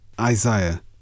Isaiah